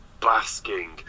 basking